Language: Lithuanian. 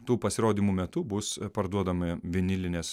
tų pasirodymų metu bus parduodami vinilinės